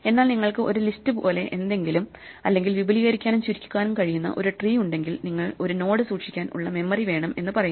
എന്നാൽ നിങ്ങൾക്ക് ഒരു ലിസ്റ്റ് പോലെ എന്തെങ്കിലും അല്ലെങ്കിൽ വിപുലീകരിക്കാനും ചുരുക്കാനും കഴിയുന്ന ഒരു ട്രീ ഉണ്ടെങ്കിൽ നിങ്ങൾ ഒരു നോഡ് സൂക്ഷിക്കാൻ ഉള്ള മെമ്മറി വേണം എന്ന് പറയുന്നു